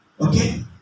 Okay